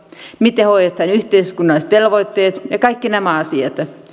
miten hoidetaan yhteiskunnalliset velvoitteet ja kaikki nämä asiat